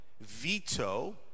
veto